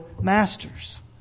masters